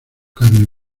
carne